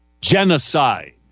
Genocide